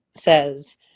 says